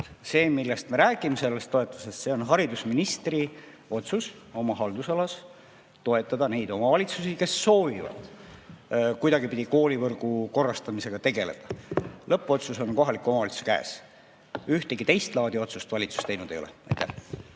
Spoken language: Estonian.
toetus, millest me räägime, on haridusministri otsus oma haldusalas toetada neid omavalitsusi, kes soovivad kuidagipidi koolivõrgu korrastamisega tegeleda. Lõppotsus on kohaliku omavalitsuse käes. Ühtegi teist laadi otsust valitsus teinud ei ole.